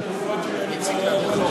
אתה מבין שכשאני אקבל את התרופות